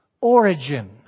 Origin